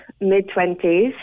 mid-twenties